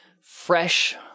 Fresh